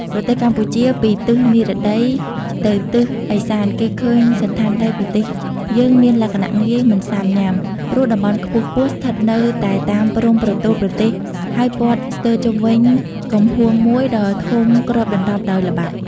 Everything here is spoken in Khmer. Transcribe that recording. ប្រទេសកម្ពុជា ពីទិសនិរដីទៅទិស ឦសានគេឃើញសណ្ឋានដីប្រទេសយើងមានលក្ខណៈងាយ មិនសាំញាំ ព្រោះតំបន់ខ្ពស់ៗស្ថិតនៅ តែតាមព្រំប្រទល់ប្រទេសហើយព័ទ្ធស្ទើរជុំវិញកំហួងមួយដ៏ធំគ្របដណ្តប់ដោយល្បាប់។